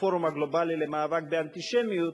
הפורום הגלובלי למאבק באנטישמיות,